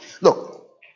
Look